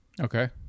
Okay